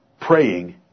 praying